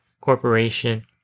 corporation